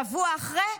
שבוע אחרי,